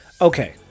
okay